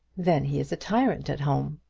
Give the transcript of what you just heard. then he is a tyrant at home.